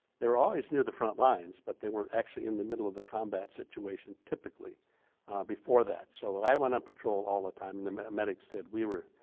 they were always near the front lines, but they weren't actually in the middle of the combat situation typically before that. so i went on patrol all the time and the medics did we were,